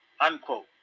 unquote